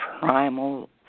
primal